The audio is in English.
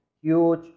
huge